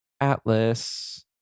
Atlas